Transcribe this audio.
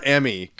Emmy